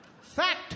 Fact